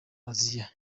aziya